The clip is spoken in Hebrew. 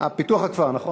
פיתוח הכפר, נכון.